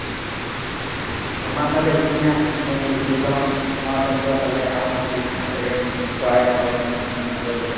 ᱛᱚ ᱢᱟ ᱛᱟᱦᱞᱮ ᱦᱤᱡᱩᱜ ᱢᱮ ᱦᱟᱸᱜ ᱱᱤᱭᱟᱹ ᱤᱭᱟᱹ ᱫᱚᱢ ᱱᱚᱣᱟ ᱫᱚᱢ ᱫᱚ ᱟᱢ ᱦᱚᱸ ᱦᱤᱡᱩᱜ ᱢᱟ ᱟᱯᱮ ᱨᱮᱱ ᱚᱲᱟᱜ ᱨᱮᱱ ᱦᱚᱲ ᱠᱚ ᱱᱤᱭᱮ ᱥᱟᱱᱟᱢ ᱠᱚ ᱟᱛᱮ